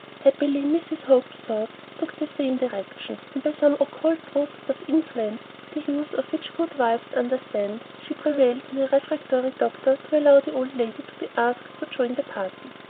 happily, mrs. hope's thoughts took the same direction and by some occult process of influence, the use of which good wives understand, she prevailed on her refractory doctor to allow the old lady to be asked to join the party.